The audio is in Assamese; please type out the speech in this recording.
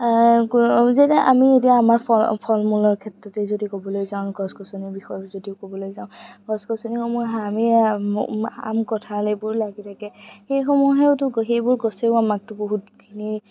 যেনে আমি এতিয়া আমাৰ ফল মূলৰ ক্ষেত্ৰতেই যদি ক'বলৈ যাওঁ গছ গছনিসমূহে আম কঠাল এইবোৰ লাগি থাকে এইসমূহেওতো সেইবোৰ গছেও আমাক বহুতখিনি